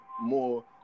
more